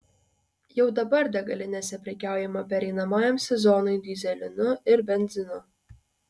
jau dabar degalinėse prekiaujama pereinamajam sezonui dyzelinu ir benzinu